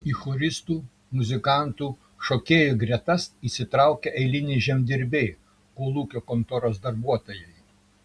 į choristų muzikantų šokėjų gretas įsitraukė eiliniai žemdirbiai kolūkio kontoros darbuotojai